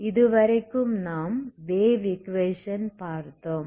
இதுவரைக்கும் நாம் wave equation பார்த்தோம்